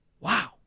wow